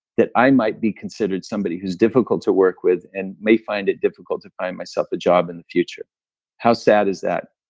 that i might be considered somebody who's difficult to work with and may find it difficult to find myself a job in the future how sad is that?